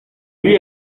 día